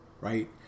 right